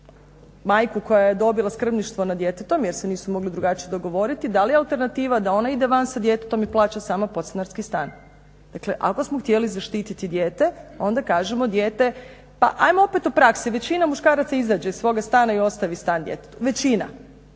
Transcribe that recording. majku koja je dobila skrbništvo nad djetetom jer se nisu mogli drugačije dogovoriti, da li je alternativa da ona ide van sa djetetom i plaća sam podstanarski stan. Dakle, ako smo htjeli zaštiti dijete, onda kažemo dijete, pa ajmo opet o praksi. Većina muškaraca izađe iz svog stana i ostavi svoj stan djetetu, većina.